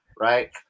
Right